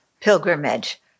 pilgrimage